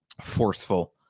forceful